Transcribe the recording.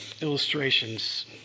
illustrations